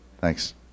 Thanks